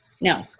No